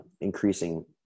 increasing